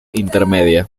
intermedia